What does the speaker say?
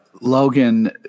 Logan